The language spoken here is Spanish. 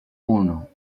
uno